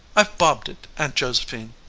i've bobbed it, aunt josephine.